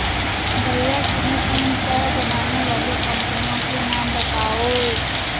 भैया किन्ही तीन चाय बनाने वाली कंपनियों के नाम बताओ?